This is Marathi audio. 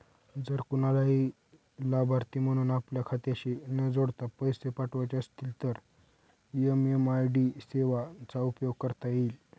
जर कुणालाही लाभार्थी म्हणून आपल्या खात्याशी न जोडता पैसे पाठवायचे असतील तर एम.एम.आय.डी सेवेचा उपयोग करता येईल